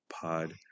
pod